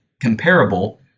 comparable